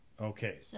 Okay